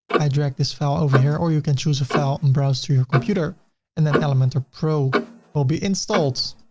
i drag this file over here, or you can choose a file and browse through your computer and then elementor pro will be installed,